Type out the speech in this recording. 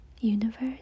universe